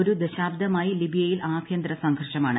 ഒരു ദശാബ്ദമായി ലിബിയയിൽ ആഭ്യന്തര സംഘർഷമാണ്